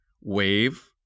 wave